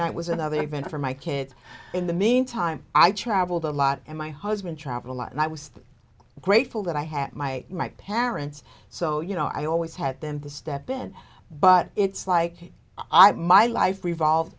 night was another event for my kids in the meantime i traveled a lot and my husband travel a lot and i was grateful that i had my my parents so you know i always had them to step in but it's like i have my life revolve